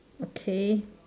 okay